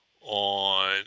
on